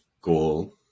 goal